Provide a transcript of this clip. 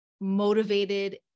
motivated